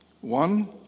One